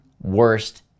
worst